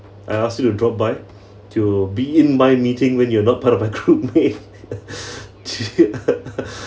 I asked you to drop by to be in my meeting when you're not part of my groupmate